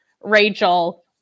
Rachel